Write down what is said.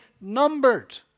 numbered